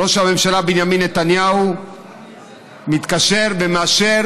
ראש הממשלה בנימין נתניהו מתקשר ומאשר